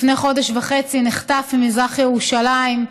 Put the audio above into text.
לפני חודש וחצי נחטף ממזרח ירושלים,